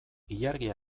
ilargia